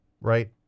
right